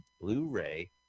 Blu-ray